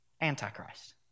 Antichrist